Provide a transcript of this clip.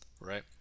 right